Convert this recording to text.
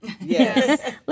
Yes